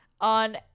on